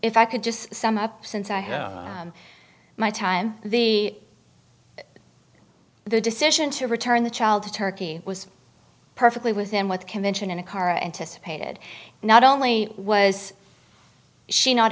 if i could just sum up since i have my time the the decision to return the child to turkey was perfectly within with convention in a car anticipated not only was she not